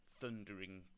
thundering